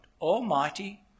almighty